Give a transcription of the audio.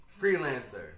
Freelancer